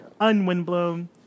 unwindblown